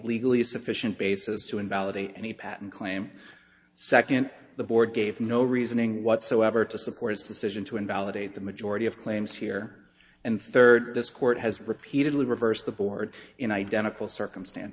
legally sufficient basis to invalidate any patent claim second the board gave no reasoning whatsoever to support its decision to invalidate the majority of claims here and third this court has repeatedly reversed the board in identical circumstance